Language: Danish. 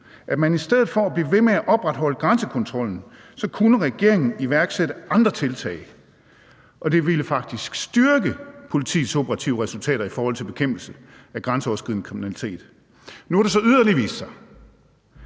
at i stedet for at blive ved med at opretholde grænsekontrollen kunne regeringen iværksætte andre tiltag, og det ville faktisk styrke politiets operative resultater i forhold til bekæmpelse af grænseoverskridende kriminalitet. Nu har det så yderligere vist